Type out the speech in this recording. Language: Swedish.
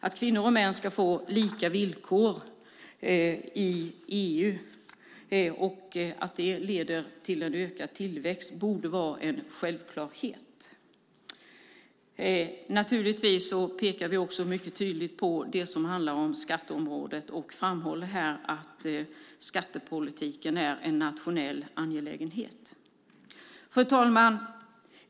Att kvinnor och män ska få lika villkor i EU och att det leder till ökad tillväxt borde vara en självklarhet. Naturligtvis pekar vi tydligt även på det som rör skatteområdet och framhåller att skattepolitiken är en nationell angelägenhet. Fru talman!